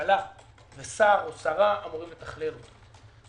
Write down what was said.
שר או שרה אמורים לתכלל אותו.